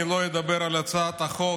אני לא אדבר על הצעת החוק,